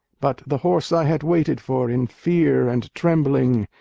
but the horse i had waited for in fear and trembling,